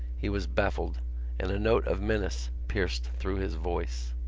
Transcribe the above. he was baffled and a note of menace pierced through his voice.